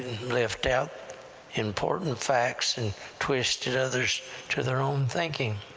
left out important facts and twisted others to their own thinking.